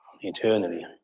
eternally